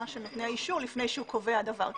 של נותני האישור לפני שהוא קובע דבר כזה.